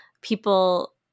people